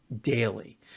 daily